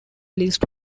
least